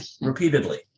repeatedly